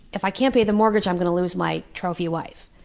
if i can't pay the mortgage, i'm going to lose my trophy wife.